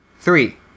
Three